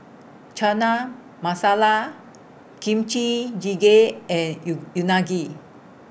Chana Masala Kimchi Jjigae and YOU Unagi